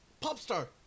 Popstar